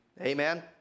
Amen